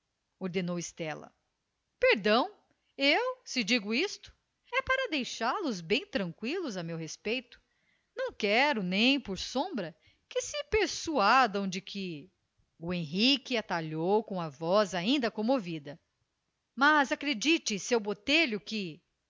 ordenou estela perdão eu se digo isto é para deixá los bem tranqüilos a meu respeito não quero nem por sombra que se persuadam de que o henrique atalhou com a voz ainda comovida mas acredite seu botelho que